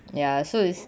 ya so is